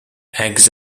eggs